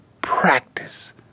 practice